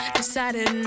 decided